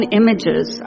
images